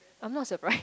I'm not surprised